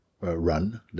run